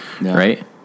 right